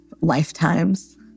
lifetimes